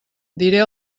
diré